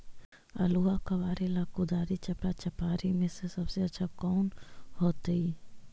आलुआ कबारेला कुदारी, चपरा, चपारी में से सबसे अच्छा कौन होतई?